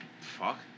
Fuck